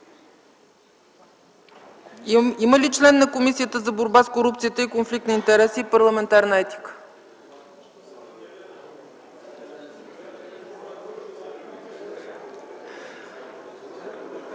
залата член на Комисията за борба с корупцията, конфликт на интереси и парламентарна етика?